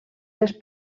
les